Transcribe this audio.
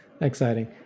Exciting